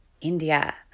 India